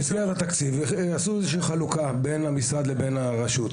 במסגרת התקציב עשו חלוקה בין המשרד לבין הרשות